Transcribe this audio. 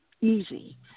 easy